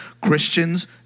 Christians